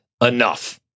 enough